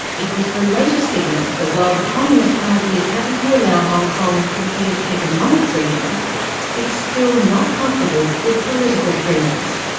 it was the latest signal that while the communist party is happy to allow hong kong complete economic freedom it's still not comfortable with political freedoms.